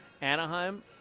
Anaheim